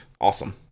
awesome